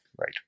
Right